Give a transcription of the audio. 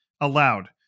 allowed